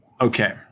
Okay